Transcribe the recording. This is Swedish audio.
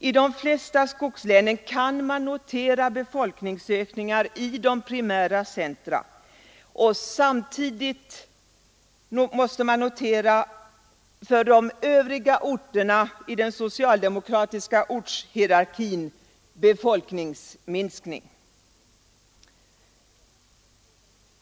I de flesta skogslänen kan befolkningsökningar noteras i primära centra, och samtidigt måste man för de övriga orterna i den socialdemokratiska ortshierarkin notera en befolkningsminskning.